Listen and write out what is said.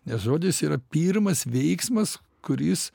nes žodis yra pirmas veiksmas kuris